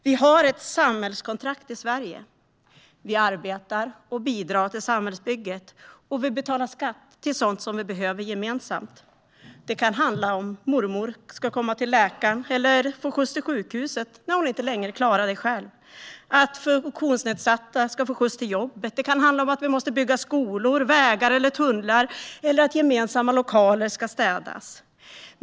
Vi har ett samhällskontrakt i Sverige. Vi arbetar och bidrar till samhällsbygget, och vi betalar skatt till sådant som vi behöver gemensamt. Det kan handla om att mormor ska komma till läkaren eller få skjuts till sjukhuset när hon inte längre klarar det själv, att funktionsnedsatta ska få skjuts till jobbet, att vi måste bygga skolor, vägar eller tunnlar eller att gemensamma lokaler ska städas.